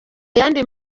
yandi